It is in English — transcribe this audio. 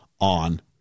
on